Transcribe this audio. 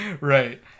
Right